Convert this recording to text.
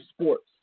Sports